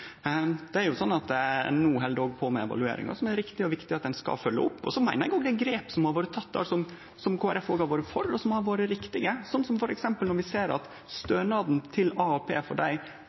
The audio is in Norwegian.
No held vi òg på med evalueringar som det er riktig og viktig at ein følgjer opp, og eg meiner det er grep som har vore tekne, som Kristeleg Folkeparti har vore for, og som har vore riktige, som f.eks. når vi ser at stønaden til AAP for dei